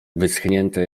wyschnięte